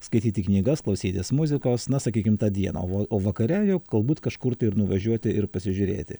skaityti knygas klausytis muzikos na sakykim tą dieną o va o vakare jau galbūt kažkur tai ir nuvažiuoti ir pasižiūrėti